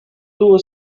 tuvo